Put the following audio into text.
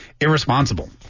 irresponsible